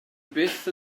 byth